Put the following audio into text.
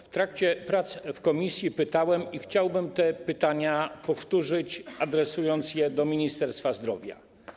W trakcie prac w komisji pytałem o to i chciałbym te pytania powtórzyć, adresując je do Ministerstwa Zdrowia.